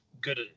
good